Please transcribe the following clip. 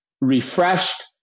refreshed